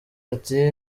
ati